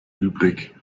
übrig